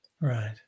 Right